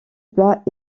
plat